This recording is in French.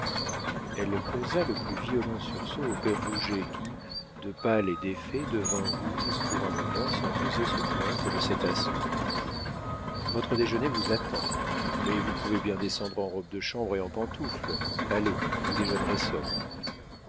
elle causa le plus violent sursaut au père rouget qui de pâle et défait devint rouge pour un moment sans oser se plaindre de cet assaut votre déjeuner vous attend mais vous pouvez bien descendre en robe de chambre et en pantoufles allez vous déjeunerez seul